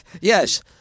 Yes